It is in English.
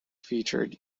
featured